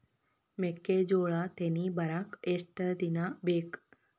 ಮೆಕ್ಕೆಜೋಳಾ ತೆನಿ ಬರಾಕ್ ಎಷ್ಟ ದಿನ ಬೇಕ್?